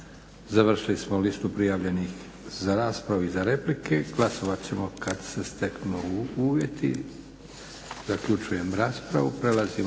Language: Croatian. Završili smo listu prijavljenih za raspravu i za replike. Glasovat ćemo kad se steknu uvjeti. Zaključujem raspravu. **Leko,